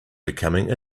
becoming